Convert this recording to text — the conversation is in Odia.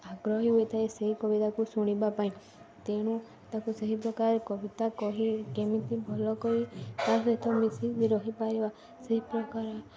ଆଗ୍ରହୀ ହୋଇଥାଏ ସେହି କବିତାକୁ ଶୁଣିବା ପାଇଁ ତେଣୁ ତାକୁ ସେହି ପ୍ରକାର କବିତା କହି କେମିତି ଭଲ କରି ତା'ସହିତ ମିଶି ରହିପାରିବା ସେହି ପ୍ରକାର